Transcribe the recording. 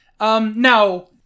Now